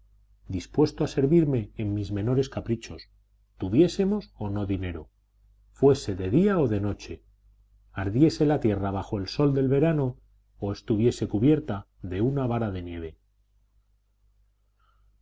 dispuesto a servirme en mis menores caprichos tuviésemos o no dinero fuese de día o de noche ardiese la tierra bajo el sol del verano o estuviese cubierta de una vara de nieve